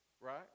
right